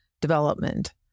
development